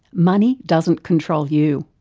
money doesn't control you.